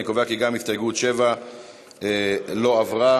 אני קובע כי גם הסתייגות 7 לא התקבלה.